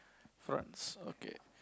France okay